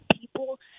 people